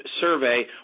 Survey